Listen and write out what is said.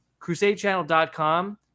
CrusadeChannel.com